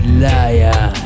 liar